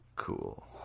Cool